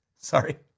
Sorry